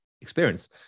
experience